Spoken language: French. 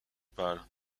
pâle